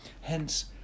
Hence